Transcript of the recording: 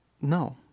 no